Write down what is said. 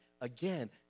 again